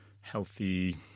healthy